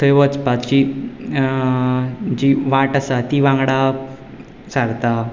थंय वचपाची जी वाट आसा ती वांगडा सारता